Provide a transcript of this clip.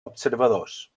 observadors